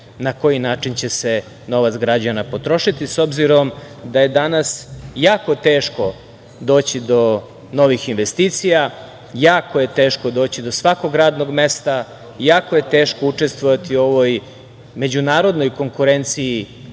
na koji način će se novac građana potrošiti.S obzirom da je danas jako teško doći do novih investicija, jako je teško doći do svakog radnog mesta, jako je teško učestvovati u ovoj međunarodnoj konkurenciji